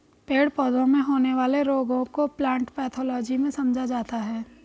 पेड़ पौधों में होने वाले रोगों को प्लांट पैथोलॉजी में समझा जाता है